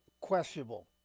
questionable